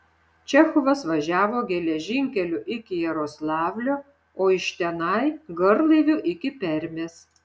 čechovas važiavo geležinkeliu iki jaroslavlio o iš tenai garlaiviu iki permės